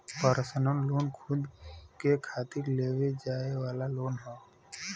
personal loan खुद के खातिर लेवे जाये वाला लोन हौ